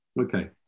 okay